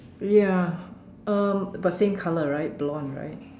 ya um but same color right blonde right